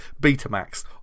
Betamax